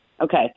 Okay